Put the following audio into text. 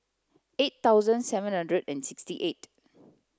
eight thousand seven hundred and sixty eight